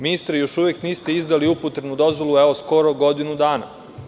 Ministre, još uvek niste izdali upotrebnu dozvolu, skoro godinu dana.